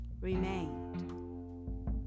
Remained